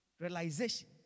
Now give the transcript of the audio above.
realization